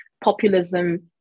populism